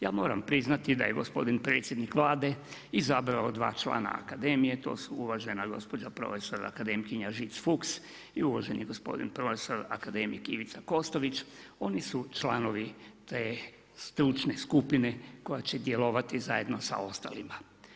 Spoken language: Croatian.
Ja moram priznati, da je gospodin predsjednik Vlade, izabrao 2 člana Akademije, to su uvažena gospođa profesor akademkinja Žic Fuchs i uvaženi gospodin profesor akademik Ivica Kostović, oni su članovi te stručne skupine koja će djelovati zajedno sa ostalima.